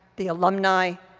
the alumni,